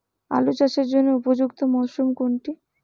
আলু চাষের জন্য উপযুক্ত মরশুম কোনটি?